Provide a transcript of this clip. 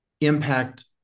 impact